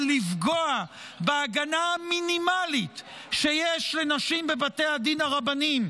לפגוע בהגנה המינימלית שיש לנשים בבתי הדין הרבניים,